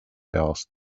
asked